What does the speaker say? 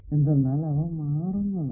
എന്തെന്നാൽ അവ മാറുന്നതാണ്